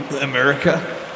America